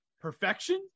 perfection